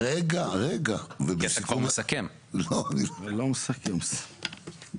אני לא מחכה שיגידו